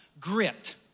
grit